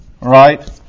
right